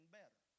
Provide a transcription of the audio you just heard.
better